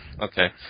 okay